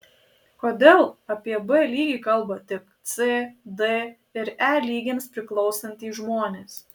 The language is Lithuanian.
kodėl apie b lygį kalba tik c d ir e lygiams priklausantys žmonės